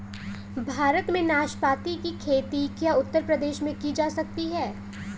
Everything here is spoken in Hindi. भारत में नाशपाती की खेती क्या उत्तर प्रदेश में की जा सकती है?